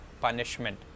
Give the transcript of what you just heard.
punishment